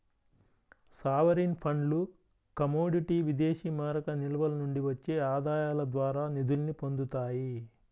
sovereign ఫండ్లు commodity విదేశీమారక నిల్వల నుండి వచ్చే ఆదాయాల ద్వారా నిధుల్ని పొందుతాయి